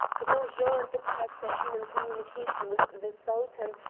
gros jean and the turks have been in communication with the sultan,